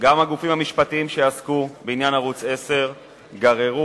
וגם הגופים המשפטיים שעסקו בעניין ערוץ-10 גררו